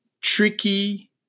tricky